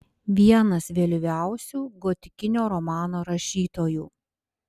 vienas vėlyviausių gotikinio romano rašytojų